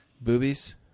Boobies